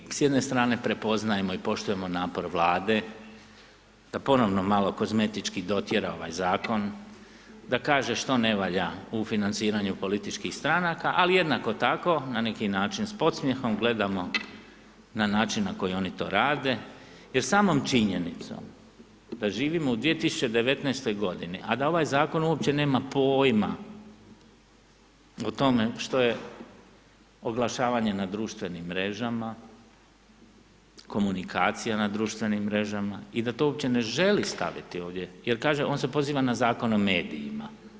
Dakle, mi s jedne strane prepoznajemo i poštujemo napor Vlade da ponovno malo kozmetički dotjera ovaj zakon da kaže što ne valja u financiranju političkih stranaka ali jednako tako na neki način s podsmijehom gledamo na način na koji oni to rade jer samom činjenicom da živimo u 2019. g. a da ovaj zakon uopće nema pojma o tome što je oglašavanje na društvenim mrežama, komunikacija na društvenim mrežama i da to uopće ne želi staviti ovdje jer kaže, on se poziva na Zakon o medijima.